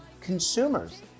consumers